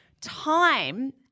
time